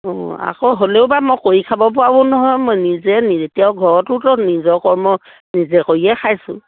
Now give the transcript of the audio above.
অঁ আকৌ হ'লেও বা মই কৰি খাব পাৰো নহয় মই নিজে এতিয়াও ঘৰতোতো নিজৰ কৰ্ম নিজে কৰিয়ে খাইছোঁ